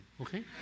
okay